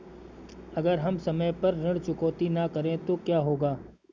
अगर हम समय पर ऋण चुकौती न करें तो क्या होगा?